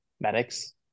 medics